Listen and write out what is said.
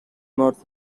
not